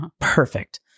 perfect